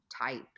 type